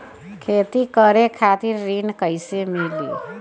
खेती करे खातिर ऋण कइसे मिली?